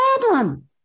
problem